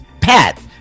Pat